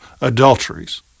adulteries